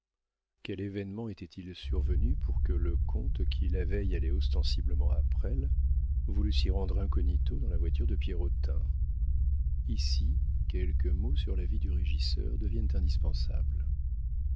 quel événement était-il survenu pour que le comte qui la veille allait ostensiblement à presles voulût s'y rendre incognito dans la voiture de pierrotin ici quelques mots sur la vie du régisseur deviennent indispensables